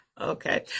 Okay